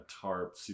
tarp